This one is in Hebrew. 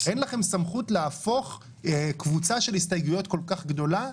אין לכם סמכות להפוך קבוצה של הסתייגויות כל כך גדולה,